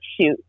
shoot